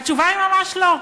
התשובה היא ממש לא.